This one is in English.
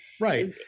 right